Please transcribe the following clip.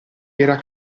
era